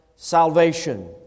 Salvation